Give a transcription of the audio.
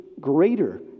greater